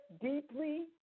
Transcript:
deeply